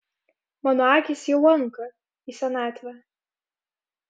mano akys jau anka į senatvę